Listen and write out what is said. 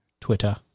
Twitter